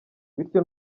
bityo